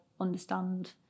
understand